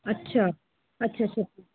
ਅੱਛਾ ਅੱਛਾ ਅੱਛਾ